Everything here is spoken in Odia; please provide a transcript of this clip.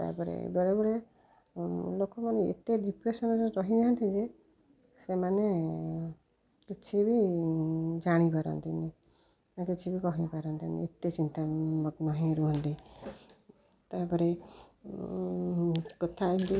ତା'ପରେ ବେଳେବେଳେ ଲୋକମାନେ ଏତେ ଡିପ୍ରେସନରେ ରହିଥାନ୍ତି ଯେ ସେମାନେ କିଛି ବି ଜାଣି ପାରନ୍ତିନି ନା କିଛି ବି କହିପାରନ୍ତିନି ଏତେ ଚିନ୍ତାମଗ୍ନ ହେଇ ରୁହନ୍ତି ତା'ପରେ କଥା